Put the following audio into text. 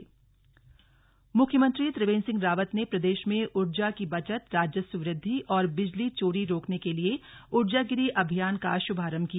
CM अभियान मुख्यमंत्री त्रिवेन्द्र सिंह रावत ने प्रदेश में ऊर्जा की बचत राजस्व वृद्धि और बिजली चोरी रोकने के लिये ऊर्जागिरी अभियान का शुभारम्भ किया